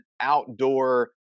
outdoor